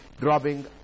dropping